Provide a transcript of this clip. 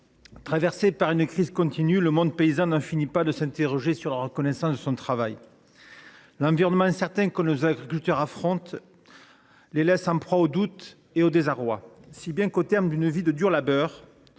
traversé par une crise continue, le monde paysan n’en finit pas de s’interroger sur la reconnaissance de son travail. L’environnement incertain auquel nos agriculteurs font face les laisse en proie au doute et au désarroi, si bien que, au terme d’une vie de dur labeur,